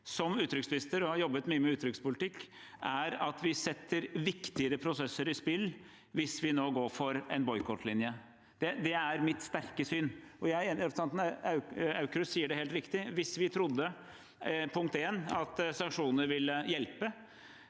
som utenriksminister, og etter å ha jobbet mye med utenrikspolitikk, er at vi setter viktigere prosesser i spill hvis vi nå går for en boikottlinje. Det er mitt sterke syn. Representanten Aukrust sier det helt riktig: Hvis vi, punkt én, trodde at sanksjonene ville hjelpe,